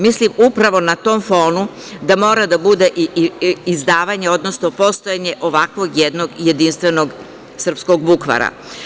Mislim upravo na tom fonu da mora da bude i izdavanje, odnosno postojanje ovakvog jednog jedinstvenog srpskog bukvara.